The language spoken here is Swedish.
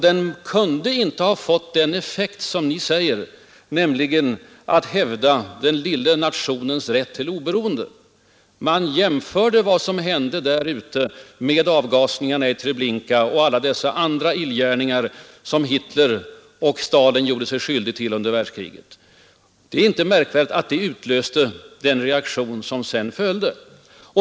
Den kunde inte ha fått den effekt som ni påstår, nämligen att hävda den lilla nationens rätt till oberoende. I utlandet jämfördes vad som hände i Vietnam med gasningarna i Treblinka och alla andra illgärningar som Hitler och Stalin gjorde sig skyldiga till under världskriget. Det är inte märkvärdigt att det utlöste de reaktioner som sedan följde.